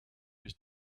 his